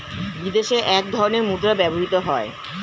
বিদেশে এক ধরনের মুদ্রা ব্যবহৃত হয়